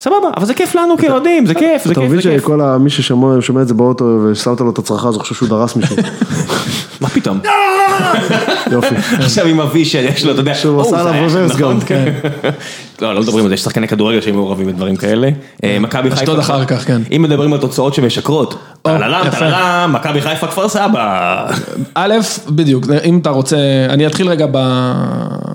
סבבה, אבל זה כיף לנו כאוהדים, זה כיף, זה כיף, זה כיף. אתה מבין שכל מי ששומע את זה באוטו ושמת לו את הצרחה הזו, חשב שהוא דרס מישהו? מה פתאום? יופי. עכשיו עם הווישר יש לו, אתה יודע שהוא עשה עליו רברס, נכון? לא, לא מדברים על זה, יש שחקני כדורגל שהם מעורבים בדברים כאלה. מכבי חיפה – אשדוד אחר כך, כן – אם מדברים על תוצאות שמשקרות, מכבי חיפה כפר סבא. א', בדיוק, אם אתה רוצה, אני אתחיל רגע ב...